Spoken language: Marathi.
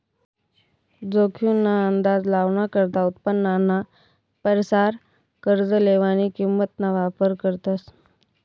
जोखीम ना अंदाज लावाना करता उत्पन्नाना परसार कर्ज लेवानी किंमत ना वापर करतस